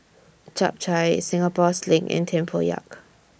Chap Chai Singapore Sling and Tempoyak